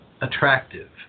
attractive